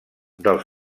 dels